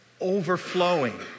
overflowing